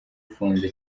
ufunze